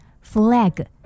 Flag